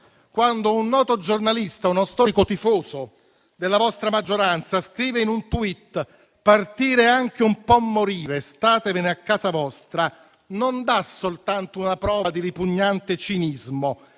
Quando un noto giornalista, storico tifoso della vostra maggioranza, scrive in un *tweet* «Partire è anche un po' morire. Statevene a casa vostra», non dà soltanto una prova di ripugnante cinismo,